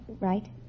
Right